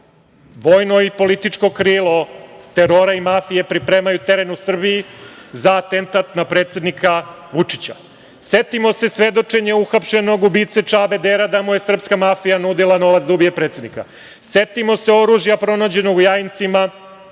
vojno i političko krilo terora i mafije pripremaju teren u Srbiji za atentat na predsednika Vučića. Setimo se svedočenja uhapšenog ubice Čabe Dera da mu je srpska mafija nudila novac da ubije predsednika. Setimo se oružja pronađenog u Jajincima,